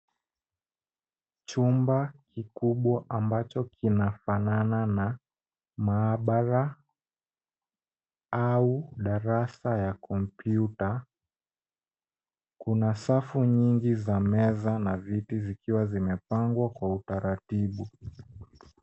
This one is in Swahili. Chumba kikubwa ambacho kinafanana na maabara au darasa ya kompyuta kuna safu nyingi za meza na viti zikiwa zimepangwa kwa utaratibu.